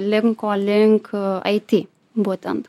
linko link it būtent